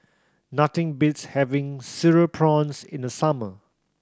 nothing beats having Cereal Prawns in the summer